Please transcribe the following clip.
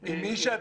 מותק.